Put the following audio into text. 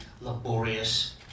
laborious